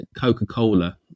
Coca-Cola